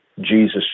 Jesus